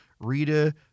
Rita